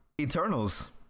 Eternals